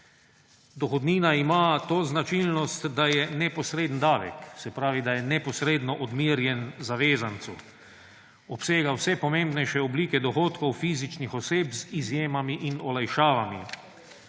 Dohodnina ima to značilnost, da je neposreden davek, se pravi, da je neposredno odmerjena zavezancu. Obsega vse pomembnejše oblike dohodkov fizičnih oseb z izjemami in olajšavami.